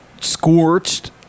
scorched